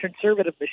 conservative